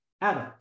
Adam